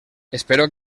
espero